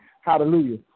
Hallelujah